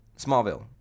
Smallville